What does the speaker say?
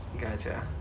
Gotcha